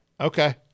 Okay